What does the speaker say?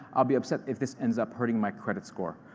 i'll be upset if this ends up hurting my credit score.